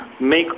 make